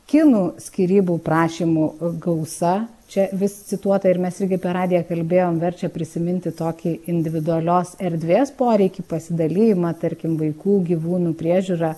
kinų skyrybų prašymų gausa čia vis cituota ir mes irgi per radiją kalbėjom verčia prisiminti tokį individualios erdvės poreikį pasidalijimą tarkim vaikų gyvūnų priežiūra